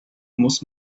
muss